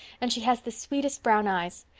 and she has the sweetest brown eyes.